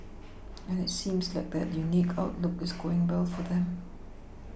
and it seems like that unique outlook is going well for them